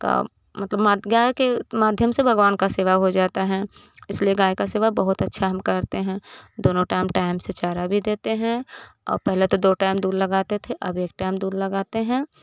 का मतलब मा गाय के माध्यम से भगवान का सेवा हो जाता है इसलिए गाय का सेवा बहुत अच्छा हम करते हैं दोनों टाइम टाइम से चारा भी देते हैं और पहले तो दो टाइम दूध लगाते थे अब एक टाइम दूध लगाते हैं